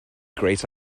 great